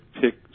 pick